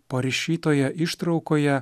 parašytoje ištraukoje